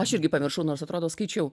aš irgi pamiršau nors atrodo skaičiau